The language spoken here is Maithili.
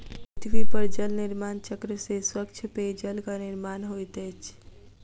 पृथ्वी पर जल निर्माण चक्र से स्वच्छ पेयजलक निर्माण होइत अछि